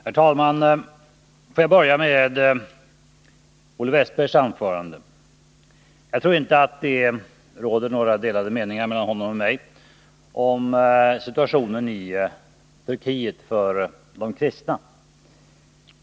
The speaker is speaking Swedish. Herr talman! Får jag börja med det anförande som Olle Wästberg i Stockholm höll! Jag tror inte att det råder några delade meningar mellan honom och mig när det gäller situationen i Turkiet för de kristna.